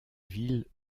ville